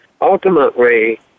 ultimately